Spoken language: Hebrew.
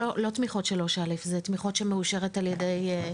לא תמיכות של --- זה תמיכות שמאושרת על ידי,